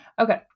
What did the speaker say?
okay